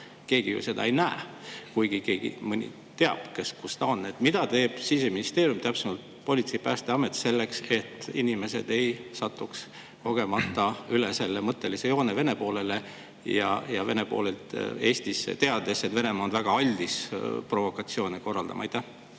keegi seda ei näe, kuigi mõni teab, kus see on. Mida teeb Siseministeerium, täpsemalt, mida teevad politsei ja Päästeamet selleks, et inimesed ei satuks kogemata üle selle mõttelise joone Vene poolele ja Vene poolelt Eestisse? Me teame, et Venemaa on väga aldis provokatsioone korraldama.